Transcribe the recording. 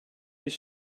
his